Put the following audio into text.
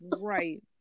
right